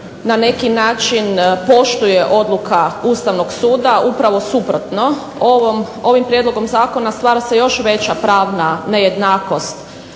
na neki način poštuje odluka Ustavnog suda, upravno suprotno. Ovim Prijedlogom zakona stvara se još veća pravna nejednakost